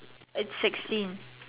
it's sixteen